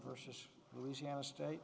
versus louisiana state